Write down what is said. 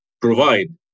provide